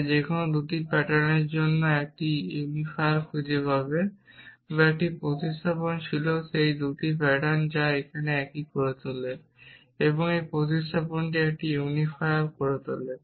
যা যেকোন 2 প্যাটার্নের জন্য একটি ইউনিফায়ার খুঁজে পাবে বা একটি প্রতিস্থাপন ছিল সেই 2টি প্যাটার্ন যা এটিকে একই করে তোলে এই প্রতিস্থাপনটিকে একটি ইউনিফায়ার বলা হয়